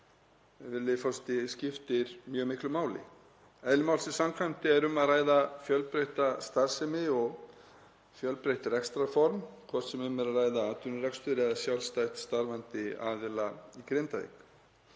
forseti, skiptir mjög miklu máli. Eðli málsins samkvæmt er um að ræða fjölbreytta starfsemi og fjölbreytt rekstrarform, hvort sem um er að ræða atvinnurekstur eða sjálfstætt starfandi aðila í Grindavík.